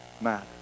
matter